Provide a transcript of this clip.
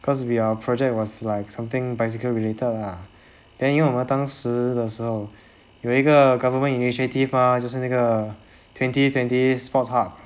cause we are project was like something bicycle related ah then 因为我们当时的时候有一个 government initiative mah 就是那个 twenty twenty sports hub